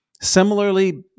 Similarly